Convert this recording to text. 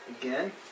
Again